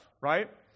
right